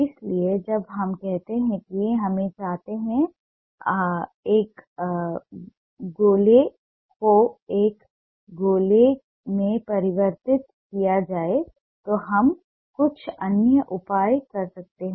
इसलिए जब हम कहते हैं कि हम चाहते हैं कि एक गोले को एक गोले में परिवर्तित किया जाए तो हम कुछ अन्य उपाय करते हैं